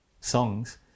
songs